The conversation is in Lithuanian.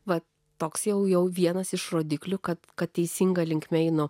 va toks jau vienas iš rodiklių kad kad teisinga linkme einu